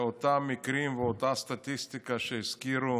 אותם מקרים ואותה סטטיסטיקה שהזכירו